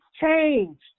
changed